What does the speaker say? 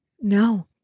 No